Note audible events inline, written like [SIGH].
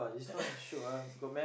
[COUGHS] [BREATH]